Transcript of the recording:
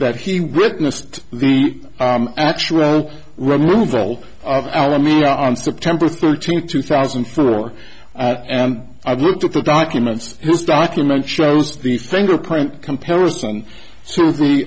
that he witnessed the actual removal of alameda on september thirteenth two thousand and four and i've looked at the documents his document shows the fingerprint comparison so the